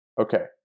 Okay